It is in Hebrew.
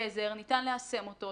גזר ניתן לאחסן אותו,